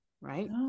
right